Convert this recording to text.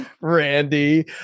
Randy